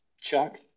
Chuck